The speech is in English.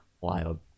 Wild